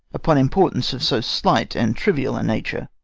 upon importance of so slight and trivial a nature.